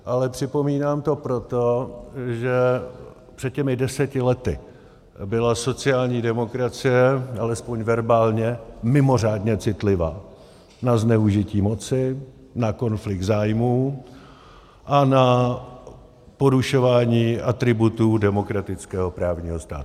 Ale připomínám to proto, že před těmi deseti lety byla sociální demokracie, alespoň verbálně, mimořádně citlivá na zneužití moci, na konflikt zájmů a na porušování atributů demokratického právního státu.